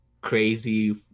crazy